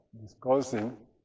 discussing